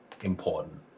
important